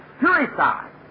suicide